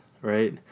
right